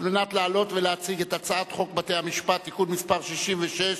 לעלות ולהציג את הצעת חוק בתי-המשפט (תיקון מס' 66)